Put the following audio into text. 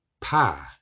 pie